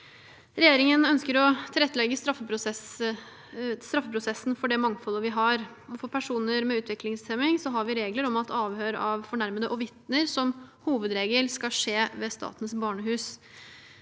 Regjeringen ønsker å tilrettelegge straffeprosessen for det mangfoldet vi har. For personer med utviklingshemming har vi regler om at avhør av fornærmede og vitner som hovedregel skal skje ved Statens barnehus.